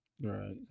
Right